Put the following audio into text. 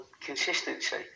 consistency